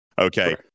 Okay